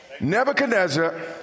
Nebuchadnezzar